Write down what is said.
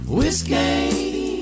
Whiskey